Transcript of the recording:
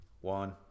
one